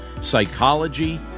psychology